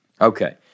okay